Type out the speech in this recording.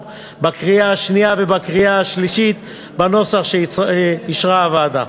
בקריאה השנייה ובקריאה השלישית בנוסח שאישרה הוועדה.